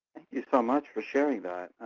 you so much for sharing that.